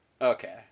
Okay